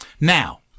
Now